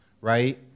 right